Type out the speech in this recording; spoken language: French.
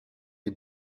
les